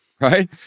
right